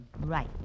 Right